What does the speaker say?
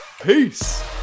peace